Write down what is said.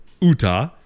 Utah